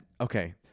okay